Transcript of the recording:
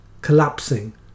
collapsing